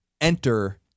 enter